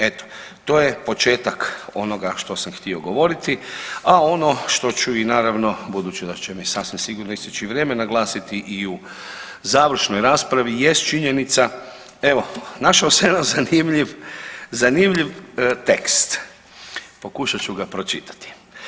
Eto, to je početak onoga što sam htio govoriti, a ono što ću i naravno budući da će mi sasvim sigurno isteći i vrijeme naglasiti i u završnoj raspravi jest činjenica evo našao sam jedan zanimljiv, zanimljiv tekst pokušat ću ga pročitati.